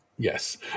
Yes